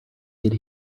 could